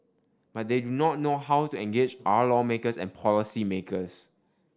but they do not know how to engage our lawmakers and policymakers